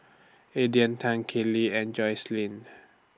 Aedin Tan Kinley and Jocelyne